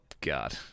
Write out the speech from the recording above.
God